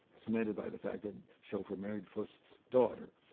cemented by the fact that schoeffer married fust's daughter.